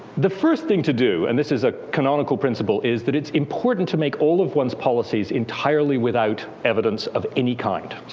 the first thing to do, and this is a canonical principle, is that it's important to make all of one's policies entirely without evidence of any kind.